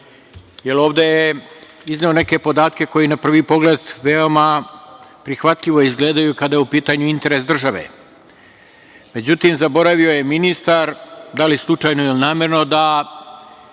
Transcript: jer ovde je izneo neke podatke koji na prvi pogled veoma prihvatljivo izgledaju, kada je u pitanju interes države.Međutim, zaboravio je ministar, da li slučajno ili namerno, da